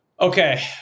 Okay